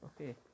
Okay